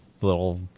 little